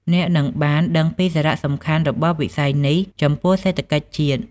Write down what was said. អ្នកនឹងបានដឹងពីសារៈសំខាន់របស់វិស័យនេះចំពោះសេដ្ឋកិច្ចជាតិ។